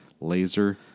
laser